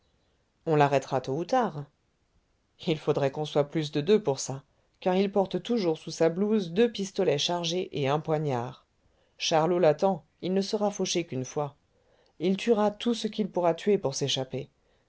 on l'arrêtera tôt ou tard il faudra qu'on soit plus de deux pour ça car il porte toujours sous sa blouse deux pistolets chargés et un poignard charlot l'attend il ne sera fauché qu'une fois il tuera tout ce qu'il pourra tuer pour s'échapper